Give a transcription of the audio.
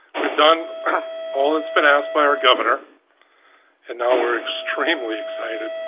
we've done all that's been asked by our governor and now we're extremely excited,